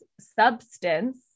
substance